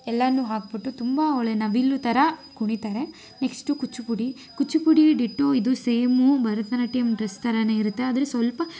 ಎಲ್ಲನು ಹಾಕ್ಬಿಟ್ಟು ತುಂಬ ಒಳ್ಳೆ ನವಿಲು ಥರ ಕುಣಿತಾರೆ ನೆಕ್ಸ್ಟು ಕೂಚಿಪೂಡಿ ಕೂಚಿಪೂಡಿ ಡಿಟೋ ಇದು ಸೇಮು ಭರತನಾಟ್ಯಮ್ ಡ್ರೆಸ್ ಥರಾನೇ ಇರತ್ತೆ ಆದರೆ ಸ್ವಲ್ಪ